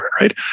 right